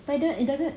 but it don't it doesn't